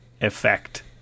effect